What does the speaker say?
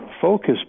focus